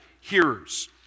hearers